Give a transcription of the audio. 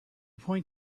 point